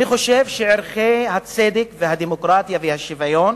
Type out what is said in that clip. אני חושב שערכי הצדק, הדמוקרטיה והשוויון